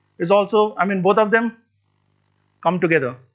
is also, i mean both of them come together.